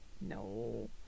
no